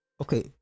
okay